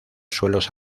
suelos